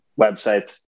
websites